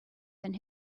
than